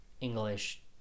English